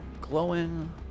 glowing